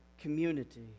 community